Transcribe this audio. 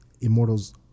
Immortals